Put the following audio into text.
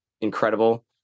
incredible